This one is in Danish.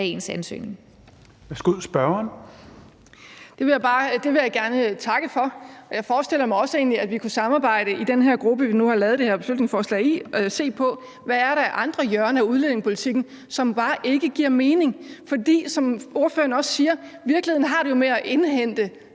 Det vil jeg gerne takke for. Jeg forestiller mig egentlig også, at vi kan samarbejde i den her gruppe, vi nu har lavet det her beslutningsforslag i, om at se på, hvad der er af andre hjørner af udlændingepolitikken, som bare ikke giver mening. For som ordføreren også siger: Virkeligheden har det jo med at indhente